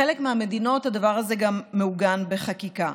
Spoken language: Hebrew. בחלק מהמדינות הדבר הזה גם מעוגן בחקיקה.